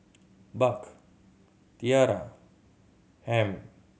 Buck Tiara Ham